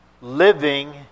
living